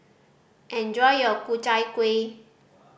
enjoy your Ku Chai Kuih